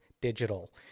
digital